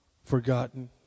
Forgotten